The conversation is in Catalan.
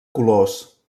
colors